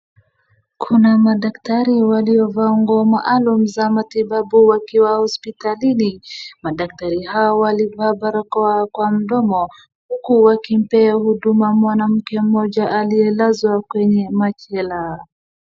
Kuna madaktari waliovaa nguo maalum za matibabu wakiwa hospitalini, madaktari hawa walivaa barakoa kwa mdomo huku wakimpea huduma mwanamke mmoja aliyelazwa kwenye machela.